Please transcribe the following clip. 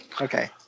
Okay